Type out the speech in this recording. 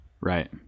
right